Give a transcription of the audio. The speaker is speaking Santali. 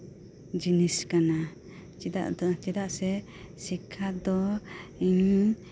ᱡᱤᱱᱤᱥ ᱠᱟᱱᱟ ᱪᱮᱫᱟᱜ ᱥᱮ ᱥᱤᱠᱠᱷᱟ ᱫᱚ ᱤᱧ